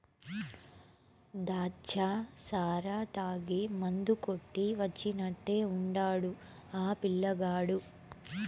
దాచ్చా సారా తాగి మందు కొట్టి వచ్చినట్టే ఉండాడు ఆ పిల్లగాడు